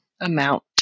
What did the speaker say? amount